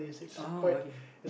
uh okay